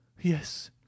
yes